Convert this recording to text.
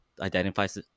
identifies